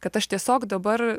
kad aš tiesiog dabar